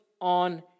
on